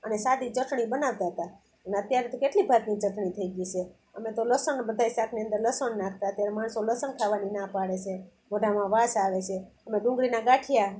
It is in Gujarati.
અને સાદી ચટણી બનાવતા હતા અને અત્યારે તો કેટલી ભાતની ચટણી થઈ ગઈ છે અમે તો લસણ બધાંય શાકની અંદર લસણ નાખતાં અત્યારે માણસો લસણ ખાવાની ના પાડે છે મોઢામાં વાસ આવે છે અમે ડુંગળીના ગાંઠિયા